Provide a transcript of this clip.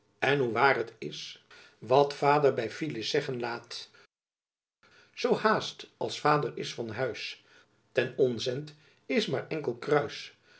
en hoe waer het is wat vader by phyllis zeggen laet soo haest als vader is van huys ten onzent is maer enkel kruys